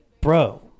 bro